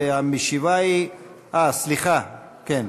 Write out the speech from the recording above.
והמשיבה היא, אה, סליחה, כן,